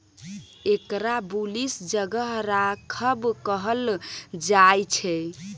एकरा बुलिश जगह राखब कहल जायछे